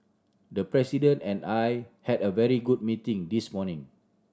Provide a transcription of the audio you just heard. the President and I had a very good meeting this morning